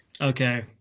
Okay